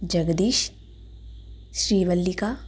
Jagadish Srivallika